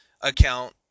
account